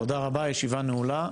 תודה רבה, הישיבה נעולה.